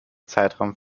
zeitraum